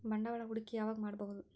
ಬಂಡವಾಳ ಹೂಡಕಿ ಯಾವಾಗ್ ಮಾಡ್ಬಹುದು?